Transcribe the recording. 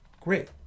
Great